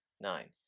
nine